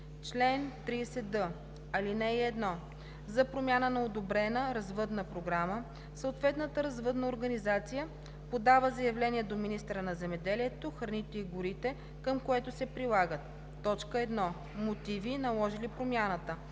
Чл. 30д. (1) За промяна на одобрена развъдна програма съответната развъдна организация подава заявление до министъра на земеделието, храните и горите, към което се прилагат: 1. мотиви, наложили промяната;